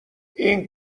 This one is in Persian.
این